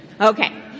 Okay